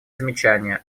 замечание